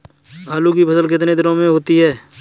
आलू की फसल कितने दिनों में होती है?